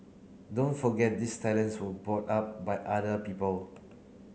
don't forget these talents were brought up by other people